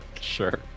Sure